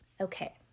Okay